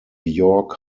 york